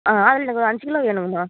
ஆ அதில் எனக்கு ஒரு அஞ்சு கிலோ வேணுங்கம்மா